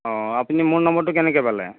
অঁ আপুনি মোৰ নম্বৰটো কেনেকৈ পালে